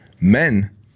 men